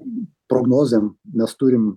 prognozėm mes turim